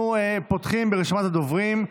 אנחנו פותחים ברשימת הדוברים,